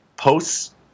Posts